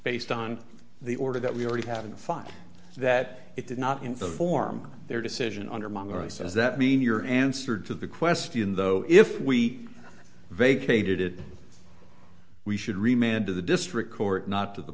based on the order that we already have and find that it did not inform their decision under migrants as that mean your answer to the question though if we vacated we should remain to the district court not to the